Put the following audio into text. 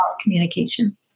Communication